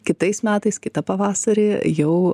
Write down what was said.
kitais metais kitą pavasarį jau